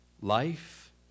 Life